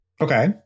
Okay